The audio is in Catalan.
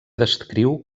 descriu